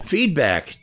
Feedback